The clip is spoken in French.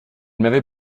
m’avait